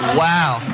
wow